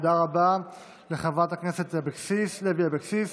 תודה רבה לחברת הכנסת לוי אבקסיס.